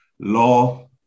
law